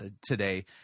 today